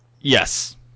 Yes